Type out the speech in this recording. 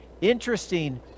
Interesting